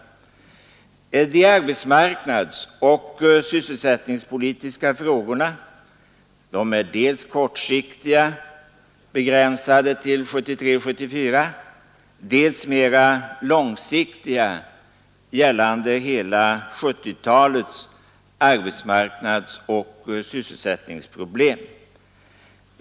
De arbetsmarknadsoch sysselsättningspolitiska frågorna är dels kortsiktiga, begränsade till 1973/74, dels mera långsiktiga gällande hela 1970-talets arbetsmarknadsoch sysselsättningsproblem.